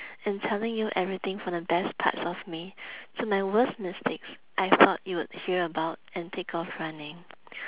and telling you everything from the best parts of me to my worst mistake I thought you would hear about and take off running